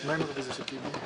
--- מה עם הרוויזיה של טיבי?